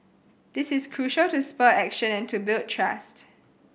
this is crucial to spur action and to build trust